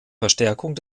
verstärkung